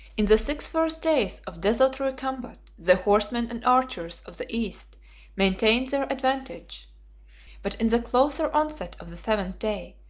in the six first days of desultory combat, the horsemen and archers of the east maintained their advantage but in the closer onset of the seventh day,